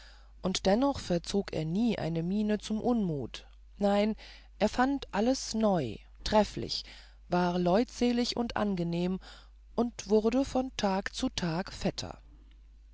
und dennoch verzog er nie eine miene zum unmut nein er fand alles neu trefflich war leutselig und angenehm und wurde von tag zu tag fetter